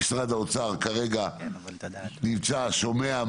משרד האוצר כרגע נמצא שומע,